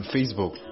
Facebook